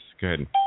Good